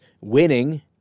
winning